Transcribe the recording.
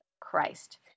Christ